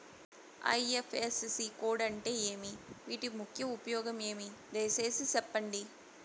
IFSC code అంటే ఏమి? వీటి ముఖ్య ఉపయోగం ఏమి? దయసేసి సెప్పండి?